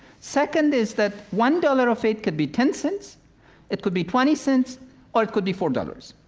second is that one dollar of aid could be ten cents it could be twenty cents or it could be four dollars.